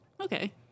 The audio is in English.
Okay